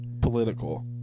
political